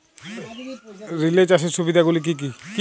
Relay চাষের সুবিধা গুলি কি কি?